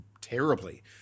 terribly